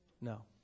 No